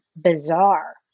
bizarre